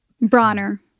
Bronner